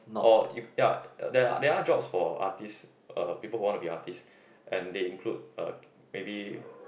or you ya there are there are jobs for artists uh people who want to be artists and they include uh maybe